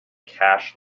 cash